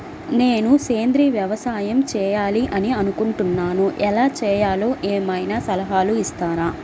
నేను సేంద్రియ వ్యవసాయం చేయాలి అని అనుకుంటున్నాను, ఎలా చేయాలో ఏమయినా సలహాలు ఇస్తారా?